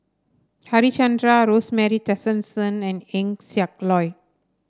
Harichandra Rosemary Tessensohn and Eng Siak Loy